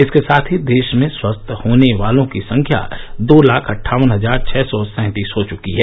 इसके साथ ही देश में स्वस्थ होने वालों की संख्या दो लाख अटठावन हजार छह सौ सैंतीस हो चुकी है